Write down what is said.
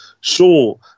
sure